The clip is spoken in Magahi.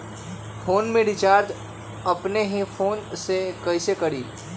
फ़ोन में रिचार्ज अपने ही फ़ोन से कईसे करी?